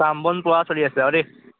কাম বন পূৰা চলি আছে দেই